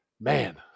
man